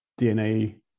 DNA